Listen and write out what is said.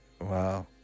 Wow